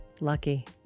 Lucky